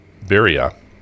Biria